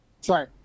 Sorry